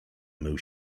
mył